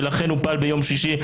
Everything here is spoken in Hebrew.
ולכן הוא פעל ביום שישי,